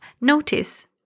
notice